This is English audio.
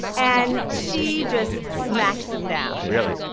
and she just smacks him down really?